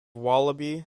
wallaby